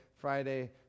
Friday